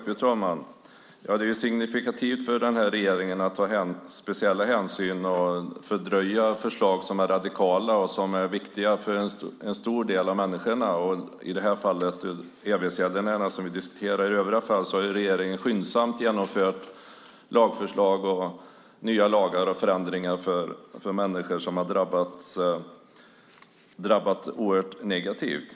Fru talman! Det är signifikativt för den här regeringen att ta speciella hänsyn och fördröja förslag som är radikala och som är viktiga för en stor del av människorna. I det här fallet är det evighetsgäldenärerna som vi diskuterar. I övriga fall har regeringen skyndsamt genomfört lagförslag och nya lagar och förändringar för människor som har drabbat oerhört negativt.